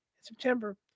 September